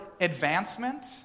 advancement